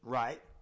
right